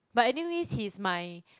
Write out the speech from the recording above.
but anyways he's my